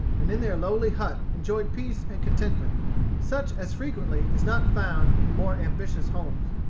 and in their lowly hut enjoyed peace and contentment such as frequently is not found in more ambitious homes.